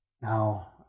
Now